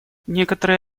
некоторые